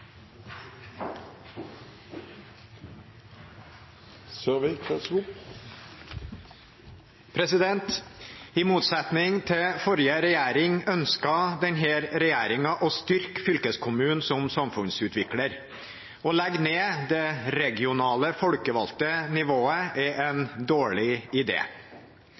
I motsetning til forrige regjering ønsker denne regjeringen å styrke fylkeskommunen som samfunnsutvikler. Å legge ned det regionale folkevalgte nivået er